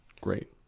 Great